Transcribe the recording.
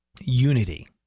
unity